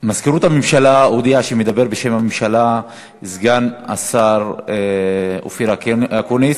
מזכירות הממשלה הודיעה שמדבר בשם הממשלה סגן השר אופיר אקוניס.